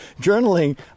journaling